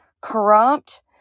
corrupt